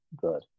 good